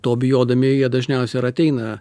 to bijodami jie dažniausia ir ateina